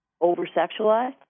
over-sexualized